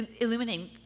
illuminating